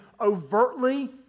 overtly